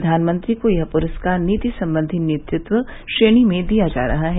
प्रधानमंत्री को यह पुरस्कार नीति संबंधी नेतृत्व श्रेणी में दिया जा रहा है